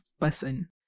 person